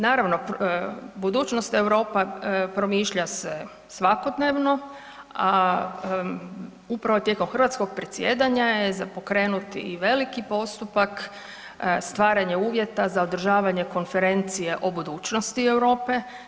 Naravno, budućnost Europe promišlja se svakodnevno, a upravo tijekom hrvatskog predsjedanja je zapokrenut i veliki postupak stvaranja uvjeta za održavanje konferencije o budućnosti Europe.